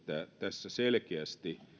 tässä selkeästi